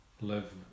live